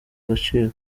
gaciro